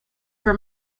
for